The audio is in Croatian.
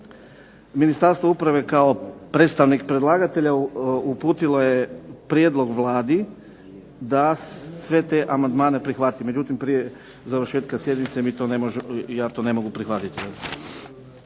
Ministarstvo uprave kao predstavnik predlagatelja uputilo je prijedlog Vladi da sve te amandmane prihvati. Međutim prije završetka sjednice ja to ne mogu prihvatiti.